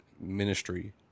ministry